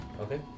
Okay